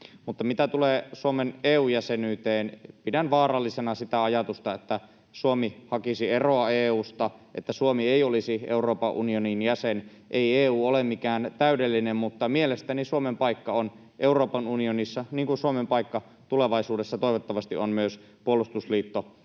Mutta mitä tulee Suomen EU-jäsenyyteen, pidän vaarallisena sitä ajatusta, että Suomi hakisi eroa EU:sta, että Suomi ei olisi Euroopan unionin jäsen. Ei EU ole mikään täydellinen, mutta mielestäni Suomen paikka on Euroopan unionissa, niin kuin Suomen paikka tulevaisuudessa toivottavasti on myös puolustusliitto